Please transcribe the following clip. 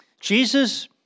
Jesus